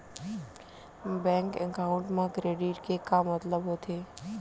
Bank account मा credit के का मतलब होथे?